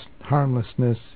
Harmlessness